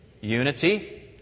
Unity